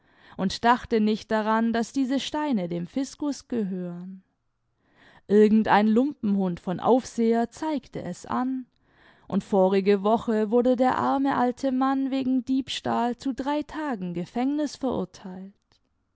und dachte nicht daran daß diese steine dem fiskus gehören irgend ein lumpenhund von aufseher zeigte es an und vorige woche wurde der arme alte mann wegen diebstahl zu drei tagen gefängnis verurteilt